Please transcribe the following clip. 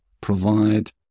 provide